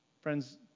Friends